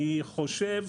אני חושב,